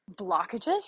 blockages